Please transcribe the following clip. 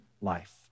life